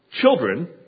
children